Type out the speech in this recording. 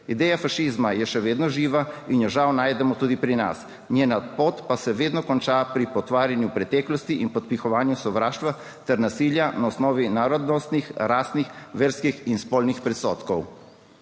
Ideja fašizma je še vedno živa in jo žal najdemo tudi pri nas, njena pot pa se vedno konča pri potvarjanju preteklosti in podpihovanju sovraštva ter nasilja na osnovi narodnostnih, rasnih, verskih in spolnih predsodkov.